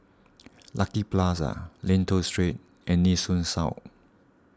Lucky Plaza Lentor Street and Nee Soon South